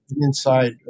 inside